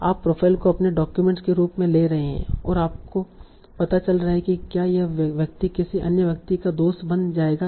आप प्रोफ़ाइल को अपने डाक्यूमेंट्स के रूप में ले रहे हैं और आपको पता चल रहा है कि क्या यह व्यक्ति किसी अन्य व्यक्ति का दोस्त बन जाएगा